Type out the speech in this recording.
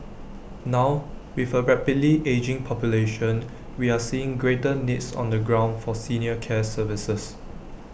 now with A rapidly ageing population we are seeing greater needs on the ground for senior care services